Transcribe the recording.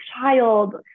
child